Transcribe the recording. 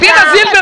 יואב.